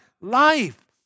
Life